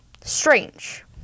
strange